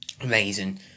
Amazing